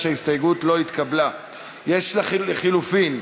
מנואל טרכטנברג,